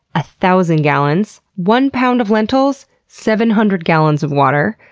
ah thousand gallons one pound of lentils, seven hundred gallons of water.